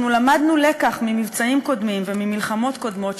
אנחנו למדנו לקח ממבצעים קודמים וממלחמות קודמות,